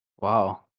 Wow